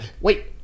Wait